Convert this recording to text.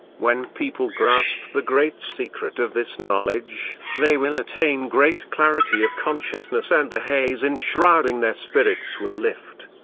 when people grasp the great secret of this knowledge, they will attain great clarity of consciousness and the haze enshrouding their spirits will lift.